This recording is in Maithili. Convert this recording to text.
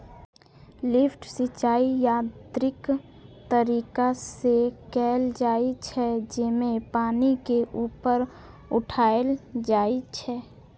लिफ्ट सिंचाइ यांत्रिक तरीका से कैल जाइ छै, जेमे पानि के ऊपर उठाएल जाइ छै